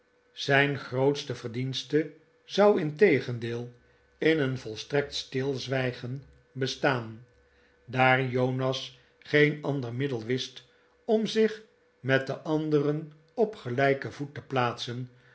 zijn grootste verdienste zou integendeel in een volstrekt stilzwijgen bestaan daar jonas geen ander middel wist om zich met de anderen op gelijken voet te plaatsen